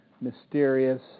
mysterious